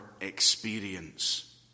experience